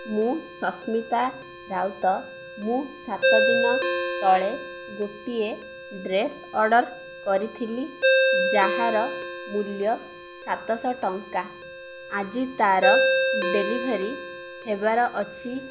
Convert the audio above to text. ମୁଁ ସସ୍ମିତା ରାଉତ ମୁଁ ସାତ ଦିନ ତଳେ ଗୋଟିଏ ଡ୍ରେସ୍ ଅର୍ଡ଼ର୍ କରିଥିଲି ଯାହାର ମୂଲ୍ୟ ସାତଶହ ଟଙ୍କା ଆଜି ତାର ଡେଲିଭରି ହେବାର ଅଛି